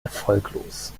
erfolglos